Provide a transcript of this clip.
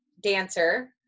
dancer